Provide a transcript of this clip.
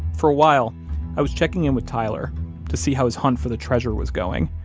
for a while i was checking in with tyler to see how his hunt for the treasure was going.